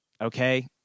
Okay